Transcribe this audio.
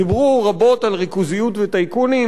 דיברו רבות על ריכוזיות וטייקונים.